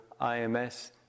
IMS